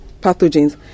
pathogens